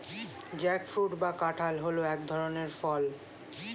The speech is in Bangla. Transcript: জ্যাকফ্রুট বা কাঁঠাল হল এক ধরনের ফল